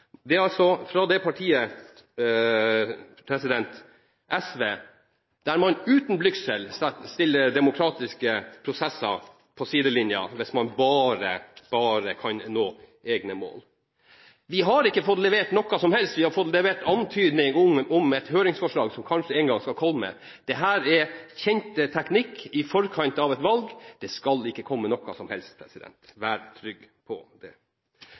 Det er altså det partiet, SV, som uten blygsel stiller demokratiske prosesser på sidelinjen hvis man bare kan nå egne mål. Vi har ikke fått levert noe som helst, vi har fått levert antydning om et høringsforslag som kanskje en gang skal komme. Dette er en kjent teknikk i forkant av et valg. Det skal ikke komme noe som helst – vær trygg på det. Så Høyre – hvorfor er denne saken viktig for Høyre? Dette handler om lokaldemokrati, og det